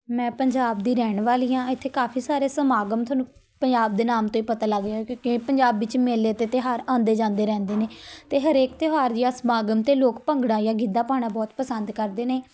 ਮੈਂ ਪੰਜਾਬ ਦੀ ਰਹਿਣ ਵਾਲੀ ਹਾਂ ਇੱਥੇ ਕਾਫੀ ਸਾਰੇ ਸਮਾਗਮ ਤੁਹਾਨੂੰ ਪੰਜਾਬ ਦੇ ਨਾਮ 'ਤੇ ਪਤਾ ਲੱਗ ਕਿਉਂਕਿ ਪੰਜਾਬ ਵਿੱਚ ਮੇਲੇ ਅਤੇ ਤਿਉਹਾਰ ਆਉਂਦੇ ਜਾਂਦੇ ਰਹਿੰਦੇ ਨੇ ਅਤੇ ਹਰੇਕ ਤਿਉਹਾਰ ਜਾਂ ਸਮਾਗਮ 'ਤੇ ਲੋਕ ਭੰਗੜਾ ਜਾਂ ਗਿੱਧਾ ਪਾਉਣਾ ਬਹੁਤ ਪਸੰਦ ਕਰਦੇ ਨੇ